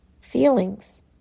feelings